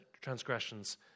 transgressions